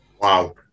Wow